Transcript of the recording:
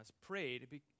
prayed